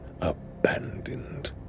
abandoned